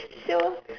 so